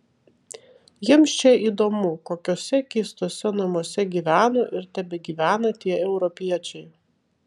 jiems čia įdomu kokiuose keistuose namuose gyveno ir tebegyvena tie europiečiai